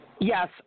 yes